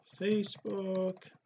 facebook